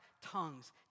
tongues